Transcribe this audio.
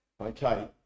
Okay